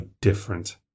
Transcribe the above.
different